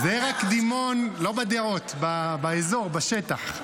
זה רק קדימון, לא בדעות, באזור, בשטח.